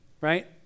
right